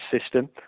system